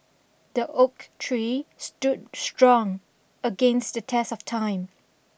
the oak tree stood strong against the test of time